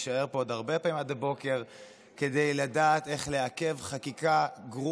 ונישאר פה עוד הרבה פעמים עד הבוקר כדי לדעת איך לעכב חקיקה גרועה,